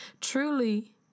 truly